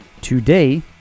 Today